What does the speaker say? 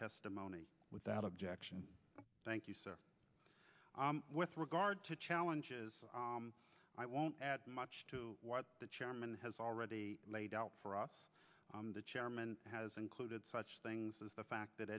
testimony without objection thank you sir with regard to challenges i won't add much to what the chairman has already laid out for us the chairman has included such things as the fact that